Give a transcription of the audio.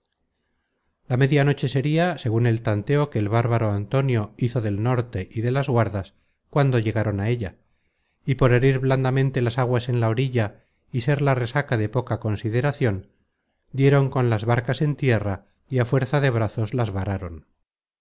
la media noche sería segun el tanteo que el bárbaro antonio hizo del norte y de las guardas cuando llegaron á ella y por herir blandamente las aguas en la orilla y ser la resaca de poca consideracion dieron con las barcas en tierra y á fuerza de brazos las vararon